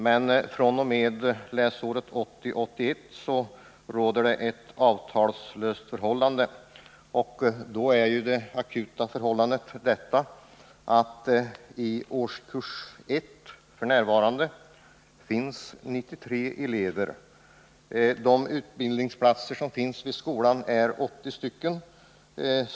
Och fr.o.m. läsåret 1980/81 råder ett avtalslöst förhållande. I nuvarande akuta läge finns det 93 elever i årskurs 1. Antalet utbildningsplatser vid skolan är 80.